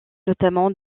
notamment